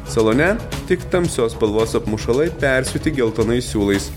salone tik tamsios spalvos apmušalai persiūti geltonais siūlais